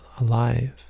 alive